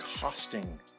costing